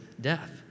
death